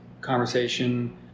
conversation